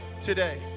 today